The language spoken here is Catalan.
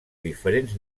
diferents